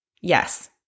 yes